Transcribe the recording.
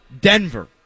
Denver